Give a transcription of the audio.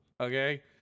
Okay